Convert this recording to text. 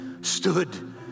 stood